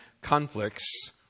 conflicts